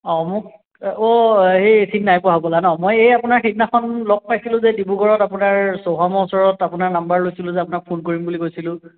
অঁ মোক অ' হেৰি চিনি নাই পোৱা হ'বলা ন মই এই আপোনাৰ সিদিনাখন লগ পাইছিলোঁ যে ডিব্ৰুগড়ত আপোনাৰ চ'হামৰ ওচৰত আপোনাৰ নাম্বাৰ লৈছিলোঁ যে আপোনাক ফোন কৰিম বুলি কৈছিলোঁ